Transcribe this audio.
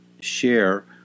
share